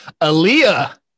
Aaliyah